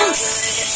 good